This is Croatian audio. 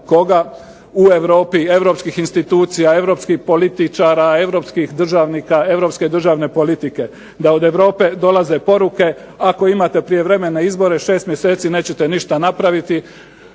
koga u Europi, europskih institucija, europskih političara, europskih državnika, europske državne politike, da od Europe dolaze poruke ako imate prijevremene izbore 6 mjeseci nećete ništa napraviti,